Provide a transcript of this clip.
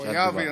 הוא היה ויצא.